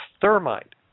thermite